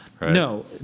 No